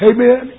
Amen